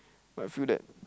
I feel that